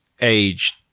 age